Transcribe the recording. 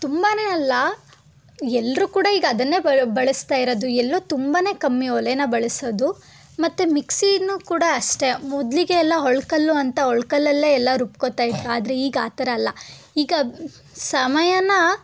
ತುಂಬಾ ಅಲ್ಲ ಎಲ್ಲರೂ ಕೂಡ ಈಗ ಅದನ್ನೇ ಬಳಸ್ತಾ ಇರೋದು ಎಲ್ಲೋ ತುಂಬಾ ಕಮ್ಮಿ ಒಲೆನ ಬಳಸೋದು ಮತ್ತು ಮಿಕ್ಸೀನ್ನು ಕೂಡ ಅಷ್ಟೆ ಮೊದಲಿಗೆ ಎಲ್ಲ ಒಳ್ಕಲ್ಲು ಅಂತ ಒಳ್ಕಲ್ಲಲ್ಲೇ ಎಲ್ಲ ರುಬ್ಕೋತಾ ಇದ್ದರು ಆದರೆ ಈಗ ಆ ಥರ ಅಲ್ಲ ಈಗ ಸಮಯನ